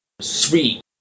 sweet